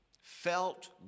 felt